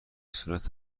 صورت